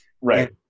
right